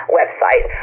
website